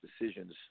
decisions